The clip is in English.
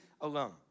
alone